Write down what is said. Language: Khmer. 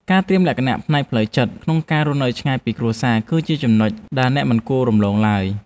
ការត្រៀមលក្ខណៈផ្នែកផ្លូវចិត្តក្នុងការរស់នៅឆ្ងាយពីគ្រួសារគឺជាចំណុចដែលអ្នកមិនគួររំលងឡើយ។